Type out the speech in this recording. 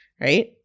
right